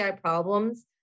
problems